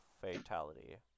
fatality